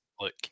look